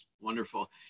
Wonderful